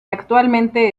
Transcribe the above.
actualmente